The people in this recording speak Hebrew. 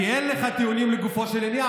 כי אין לך טיעונים לגופו של עניין,